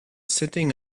sitting